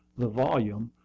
the volume,